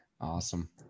Awesome